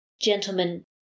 Gentlemen